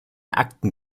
akten